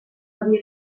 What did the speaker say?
havia